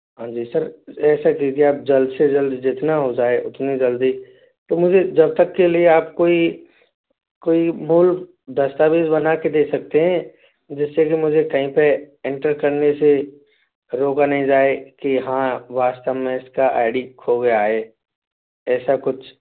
हाँ जी सर ऐसा कीजिए आप जल्द से जल्द जितना हो जाए उतनी जल्दी तो मुझे जब तक के लिए आप कोई कोई मूल दस्तावेज़ बना के दे सकते हैं जिससे कि मुझे कहीं पे एंटर करने से रोका नहीं जाए की हाँ वास्तव में इसका आई डी खो गया है ऐसा कुछ